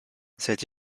cette